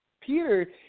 Peter